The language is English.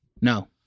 No